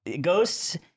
ghosts